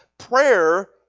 Prayer